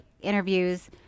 interviews